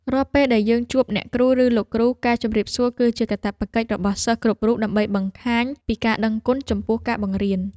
រាល់ពេលដែលយើងជួបអ្នកគ្រូឬលោកគ្រូការជម្រាបសួរគឺជាកាតព្វកិច្ចរបស់សិស្សគ្រប់រូបដើម្បីបង្ហាញពីការដឹងគុណចំពោះការបង្រៀន។